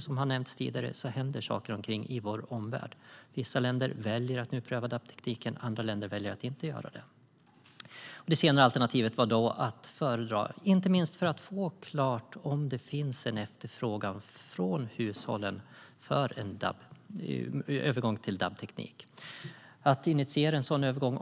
Som nämnts tidigare händer saker i vår omvärld. Vissa länder väljer att nu pröva DAB-tekniken. Andra länder väljer att inte göra det. Det senare alternativet var då att föredra, inte minst för att få klarhet i om det finns en efterfrågan från hushållen när det gäller en övergång till DAB-teknik. Att initiera en sådan övergång